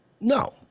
No